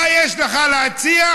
מה יש לך להציע?